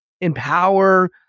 empower